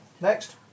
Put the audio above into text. next